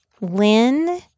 Lynn